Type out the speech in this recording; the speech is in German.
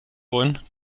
wollen